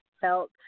felt